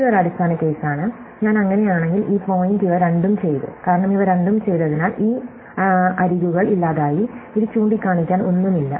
ഇത് ഒരു അടിസ്ഥാന കേസാണ് ഞാൻ അങ്ങനെ ആണെങ്കിൽ ഈ പോയിന്റ് ഇവ രണ്ടും ചെയ്തു കാരണം ഇവ രണ്ടും ചെയ്തതിനാൽ ഈ അരികുകൾ ഇല്ലാതായി ഇത് ചൂണ്ടിക്കാണിക്കാൻ ഒന്നുമില്ല